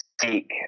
speak